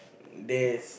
this